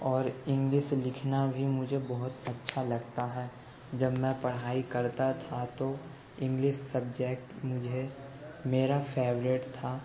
اور انگلش لکھنا بھی مجھے بہت اچھا لگتا ہے جب میں پڑھائی کرتا تھا تو انگلش سبجیکٹ مجھے میرا فیوریٹ تھا